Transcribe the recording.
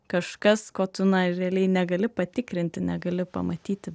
kažkas ko tu na realiai negali patikrinti negali pamatyti